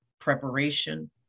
preparation